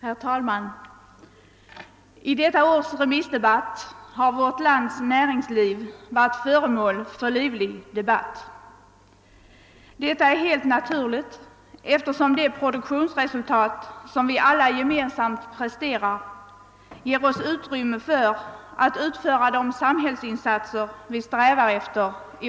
Herr talman! I denna remissdebatt har vårt lands näringsliv varit föremål för livlig debatt. Detta är helt naturligt, eftersom det produktionsresultat som vi alla gemensamt presterar ger oss utrymme för att göra de samhällsinsatser vi strävar efter.